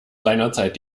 seinerzeit